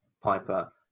Piper